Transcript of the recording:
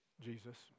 Jesus